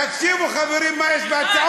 תודה רבה.